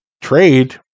trade